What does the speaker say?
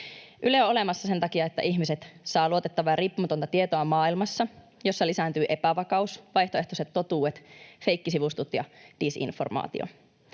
Yle on olemassa sen takia, että ihmiset saavat luotettavaa ja riippumatonta tietoa maailmassa, jossa lisääntyy epävakaus, vaihtoehtoiset totuudet, feikkisivustot ja disinformaatio.